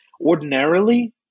ordinarily –